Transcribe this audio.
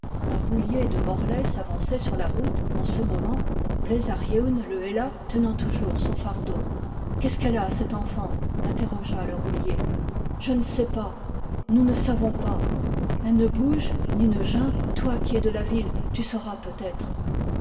un roulier de morlaix s'avançait sur la route en ce moment bleiz ar yeun le héla tenant toujours son fardeau qu'est-ce qu'elle a cette enfant interrogea le roulier je ne sais pas nous ne savons pas elle ne bouge ni ne geint toi qui es de la ville tu sauras peut-être